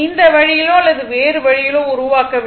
இந்த வழியிலோ அல்லது வேறு வழியிலோ உருவாக்க வேண்டும்